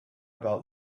about